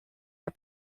are